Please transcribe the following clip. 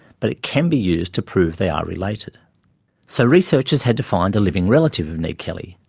but it can be used to prove they are related so researchers had to find a living relative of ned kelly,